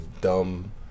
dumb